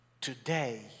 Today